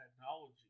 technology